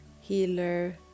healer